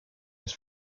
his